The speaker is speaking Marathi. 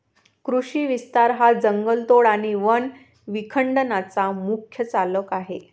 कृषी विस्तार हा जंगलतोड आणि वन विखंडनाचा मुख्य चालक आहे